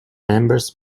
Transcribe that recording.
members